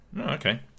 okay